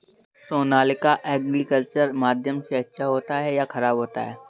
Sonalika agriculture माध्यम से अच्छा होता है या ख़राब होता है?